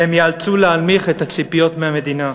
והם ייאלצו להנמיך את הציפיות מהמדינה.